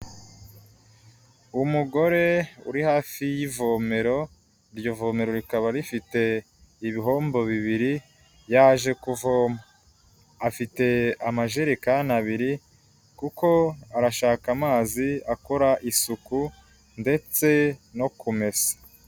Umugore uri hafi y'ivomero, iryo vomero rikaba rifite ibihombo bibiri yaje kuvoma. Afite amajerekani abiri kuko arashaka amazi akora isuku ndetse no kumesa.